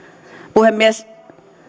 puhemies